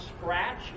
scratch